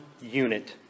unit